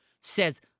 says